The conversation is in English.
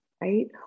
right